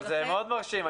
אבל זה מאוד מרשים,